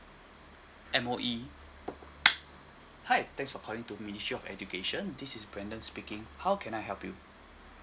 M_O_E hi thanks for calling to ministry of education this is brendan speaking how can I help you